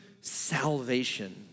salvation